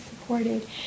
supported